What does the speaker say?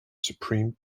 supreme